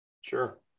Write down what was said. Sure